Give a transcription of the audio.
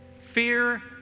Fear